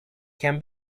can